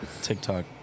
TikTok